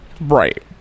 Right